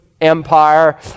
empire